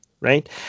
right